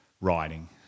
writing